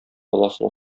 баласын